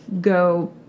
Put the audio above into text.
go